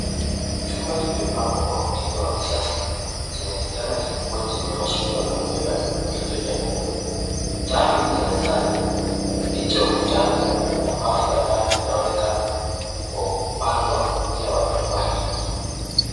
Chumba kimepambwa kwa mtindo wa kisasa, chenye kitanda kikubwa chenye mashuka meupe na mito nyekundu. Taa mbili za mezani, picha ukutani na bafu la ndani linaonekana kwa upande wa kulia wa jumba hili.